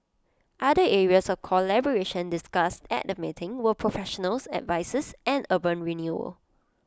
other areas of collaboration discussed at the meeting were professional services and urban renewal